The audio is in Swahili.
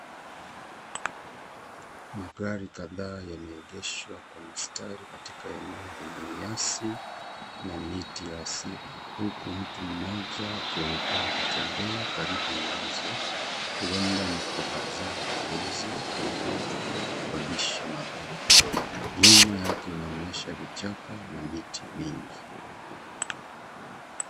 Magari kadhaa yameegeshwa kwa mstari katika eneo lenye nyasi, na miti ya asili, huku mtu mmoja akionekana kutembea karibu nazo, huenda ni kwa bazaa ya kuuza, kununua, au kukodisha magari. Nyuma yake inaonyesha vichaka na miti mingi.